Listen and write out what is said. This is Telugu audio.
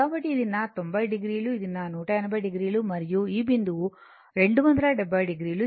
కాబట్టి ఇది నా 90 o ఇది 180 o మరియు ఈ బిందువు 270 o